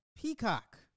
Peacock